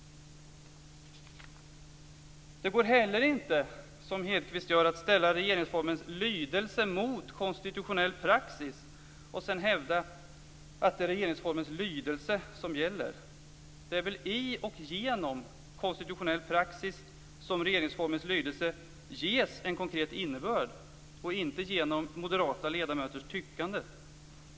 Det går heller inte som Hedquist gör att ställa regeringsformens lydelse mot konstitutionell praxis och sedan hävda att det är regeringsformens lydelse som gäller. Det är väl i och genom konstitutionell praxis som regeringsformens lydelse ges en konkret innebörd och inte genom moderata ledamöters tyckande.